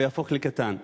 הוא יהפוך לקטן.